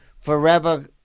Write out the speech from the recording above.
forever